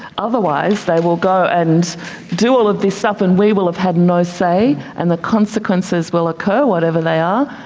otherwise they will go and do all of this stuff and we will have had no say and the consequences will occur, whatever they are,